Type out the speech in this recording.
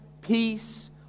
peace